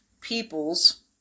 peoples